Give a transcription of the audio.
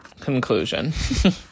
Conclusion